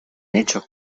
hecho